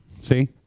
See